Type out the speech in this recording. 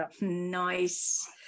Nice